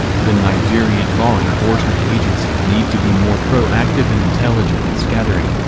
the nigerian law enforcement agencies need to be more pro-active in intelligence gathering.